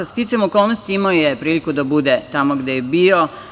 Sticajem okolnosti imao je priliku da bude tamo gde je bio.